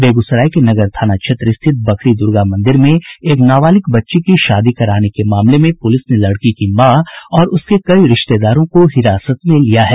बेगूसराय के नगर थाना क्षेत्र स्थित बखरी दुर्गा मंदिर में एक नाबालिग बच्ची की शादी कराने के मामले में पुलिस ने लड़की की मां और उसके कई रिश्तेदारों को हिरासत में लिया है